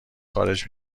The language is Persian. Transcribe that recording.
خارج